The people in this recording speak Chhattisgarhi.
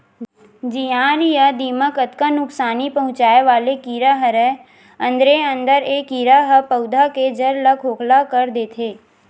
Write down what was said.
जियार या दिमक अतका नुकसानी पहुंचाय वाले कीरा हरय अंदरे अंदर ए कीरा ह पउधा के जर ल खोखला कर देथे